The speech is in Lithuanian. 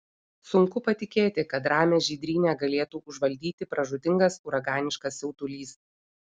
sunku patikėti kad ramią žydrynę galėtų užvaldyti pražūtingas uraganiškas siautulys